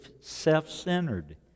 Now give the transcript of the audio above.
self-centered